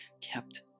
kept